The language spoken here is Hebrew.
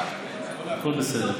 הכול בסדר.